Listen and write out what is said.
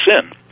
sin